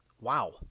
wow